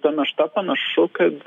ta našta panašu kad